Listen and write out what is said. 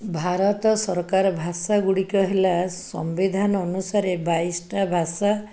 ଭାରତ ସରକାର ଭାଷା ଗୁଡ଼ିକ ହେଲା ସମ୍ବିଧାନ ଅନୁସାରେ ବାଇଶଟା ଭାଷା